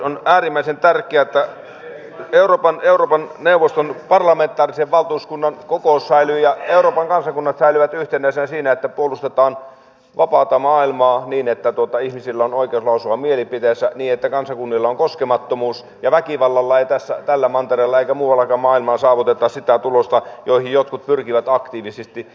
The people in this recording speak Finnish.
on äärimmäisen tärkeää että euroopan neuvoston parlamentaarisen valtuuskunnan kokous ja euroopan kansakunnat säilyvät yhtenäisinä siinä että puolustetaan vapaata maailmaa niin että ihmisillä on oikeus lausua mielipiteensä ja niin että kansakunnilla on koskemattomuus ja väkivallalla ei tässä tällä mantereella eikä muuallakaan maailmalla saavuteta sitä tulosta johon jotkut pyrkivät aktiivisesti